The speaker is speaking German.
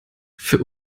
für